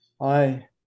Hi